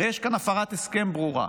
הרי יש כאן הפרת הסכם ברורה.